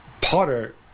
Potter